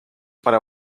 para